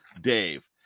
Dave